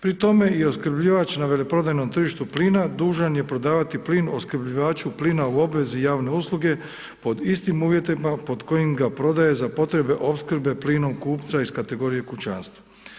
Pri tome i opskrbljivač na veleprodajnom tržištu plina dužan je prodavati plin opskrbljivaču plina u obvezi javne usluge pod istim uvjetima pod kojim ga prodaje za potrebe opskrbe plinom kupca iz kategorije kućanstva.